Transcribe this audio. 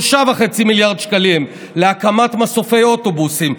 3.5 מיליארד שקלים להקמת מסופי אוטובוסים.